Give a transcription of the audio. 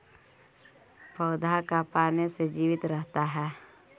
पौधा का पाने से जीवित रहता है?